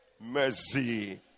mercy